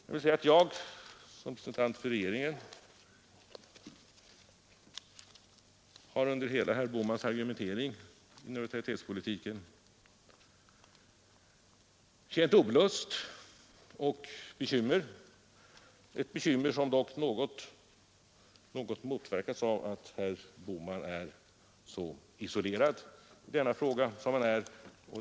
Jag vill säga att jag som representant för regeringen har under herr Bohmans hela argumentering om neutralitetspolitiken känt olust och bekymmer, ett bekymmer som dock något motverkats av att herr Bohman är så isolerad i denna fråga som han är.